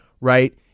right